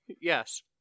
Yes